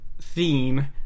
Theme